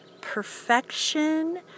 perfection